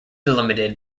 limited